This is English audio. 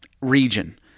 region